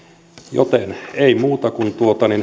joten ei muuta kuin